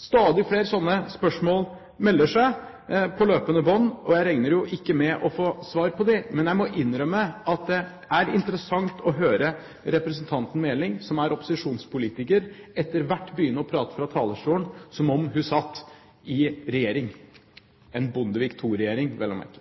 Stadig flere sånne spørsmål melder seg på løpende bånd, og jeg regner jo ikke med å få svar på dem. Men jeg må innrømme at det er interessant å høre representanten Meling, som er opposisjonspolitiker, etter hvert begynne å prate fra talerstolen som om hun satt i regjering – en Bondevik II-regjering, vel å merke.